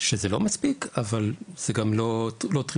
שזה לא מספיק, אבל זה גם לא טריוויאלי.